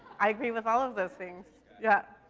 i agree with all of those things. yeah.